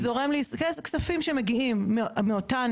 כספים שמגיעים מאותן